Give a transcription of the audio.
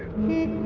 me